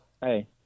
Hey